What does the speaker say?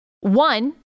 one